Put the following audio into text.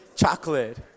Chocolate